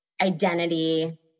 identity